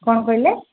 କ'ଣ କହିଲେ